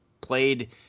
played